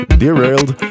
derailed